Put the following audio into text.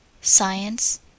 science